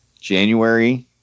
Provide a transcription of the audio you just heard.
January